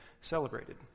celebrated